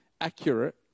accurate